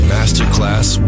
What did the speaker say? Masterclass